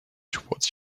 toward